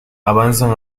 avanzan